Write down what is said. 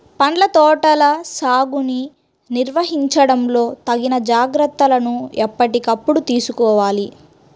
పండ్ల తోటల సాగుని నిర్వహించడంలో తగిన జాగ్రత్తలను ఎప్పటికప్పుడు తీసుకోవాలి